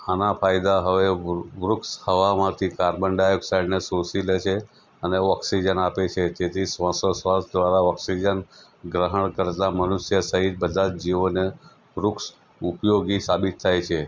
આના ફાયદા હવે વૃ વૃક્ષ હવામાંથી કાર્બન ડાયોક્સાઈડને શોષી લે છે અને ઓક્સિજન આપે છે જેથી શ્વાસોચ્છ્વાસ દ્વારા ઓક્સિજન ગ્રહણ કરતાં મનુષ્ય સહિત બધા જ જીવોને વૃક્ષ ઉપયોગી સાબિત થાય છે